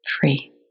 free